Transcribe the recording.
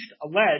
alleged